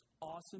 awesome